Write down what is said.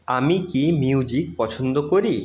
আমি কি মিউজিক পছন্দ করি